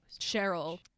Cheryl